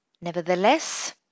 Nevertheless